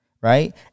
right